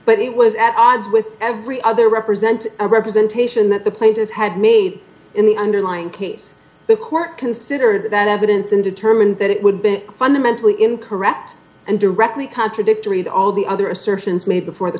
but it was at odds with every other represent a representation that the plaintiff had made in the underlying case the court considered that evidence and determined that it would be fundamentally in correct and directly contradictory to all the other assertions made before the